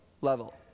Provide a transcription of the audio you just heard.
level